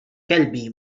كلبي